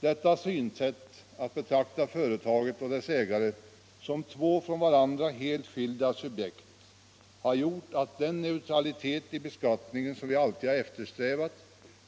Detta synsätt — att betrakta företaget och dess ägare som två från varandra helt skilda subjekt — har gjort att den neutralitet i beskattningen som vi alltid har eftersträvat